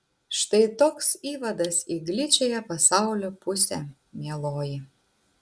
štai toks įvadas į gličiąją pasaulio pusę mieloji